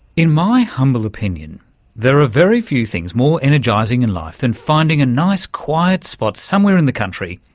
in my humble opinion there are very few things more energising in life than finding a nice quiet spot somewhere in the country,